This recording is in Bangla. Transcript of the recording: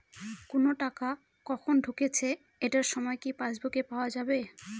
কোনো টাকা কখন ঢুকেছে এটার সময় কি পাসবুকে পাওয়া যাবে?